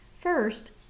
First